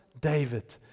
David